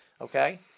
Okay